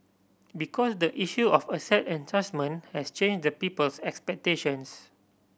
because the issue of asset enhancement has changed the people's expectations